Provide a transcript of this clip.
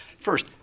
First